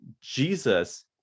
jesus